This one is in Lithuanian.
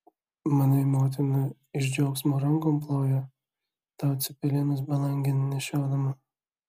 manai motina iš džiaugsmo rankom ploja tau cepelinus belangėn nešiodama